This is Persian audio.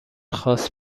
خواست